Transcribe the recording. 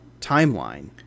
timeline